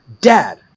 dad